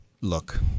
look